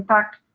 fact,